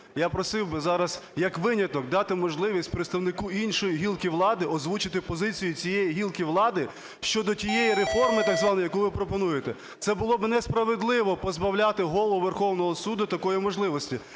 я просив би зараз як виняток дати можливість представнику іншої гілки влади озвучити позицію цієї гілки влади щодо тієї реформи так званої, яку ви пропонуєте. Це було би несправедливо позбавляти Голову Верховного Суду такої можливості.